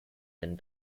denn